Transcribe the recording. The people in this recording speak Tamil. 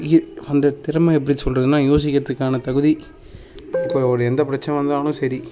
இ அந்தத் திறமை எப்படி சொகில்றதுனா யோசிக்கிறதுக்கானத் தகுதி இப்போ ஒரு எந்தப் பிரச்சனை வந்தாலும் சரி